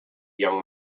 young